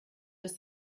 dass